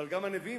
אבל גם הנביאים,